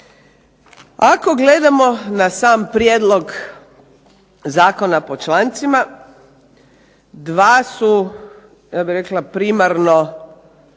Ako gledamo na sam prijedlog zakona po člancima dva su ja